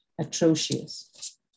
atrocious